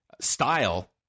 style